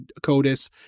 CODIS